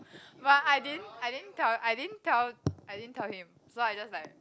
but I didn't I didn't tell I didn't tell I didn't tell him so I just like